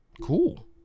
cool